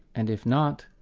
and if not,